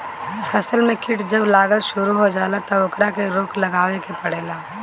फसल में कीट जब लागल शुरू हो जाला तब ओकरा के रोक लगावे के पड़ेला